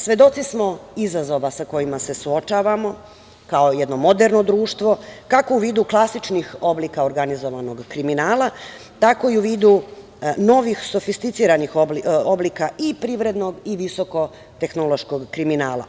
Svedoci smo izazova sa kojima se suočavamo, kao jedno moderno društvo kako u vidu klasičnih oblika organizovanog kriminala tako i u vidu novih sofisticiranih oblika i privredno i visoko tehnološkog kriminala.